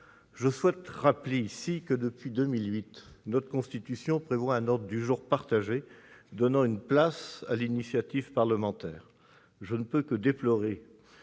Je souhaite rappeler ici que, depuis 2008, la Constitution prévoit un ordre du jour partagé, accordant une place à l'initiative parlementaire. Je ne peux que déplorer